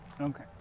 okay